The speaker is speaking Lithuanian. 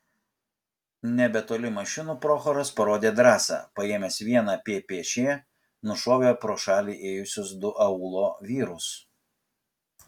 nebetoli mašinų prochoras parodė drąsą paėmęs vieną ppš nušovė pro šalį ėjusius du aūlo vyrus